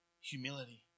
Humility